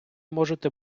можете